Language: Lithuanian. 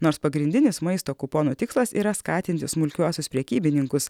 nors pagrindinis maisto kuponų tikslas yra skatinti smulkiuosius prekybininkus